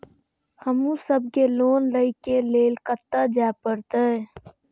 हमू सब के लोन ले के लीऐ कते जा परतें?